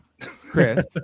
Chris